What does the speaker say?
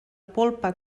polpa